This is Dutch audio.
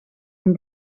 een